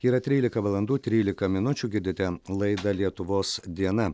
yra trylika valandų trylika minučių girdite laidą lietuvos diena